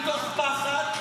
מתוך פחד,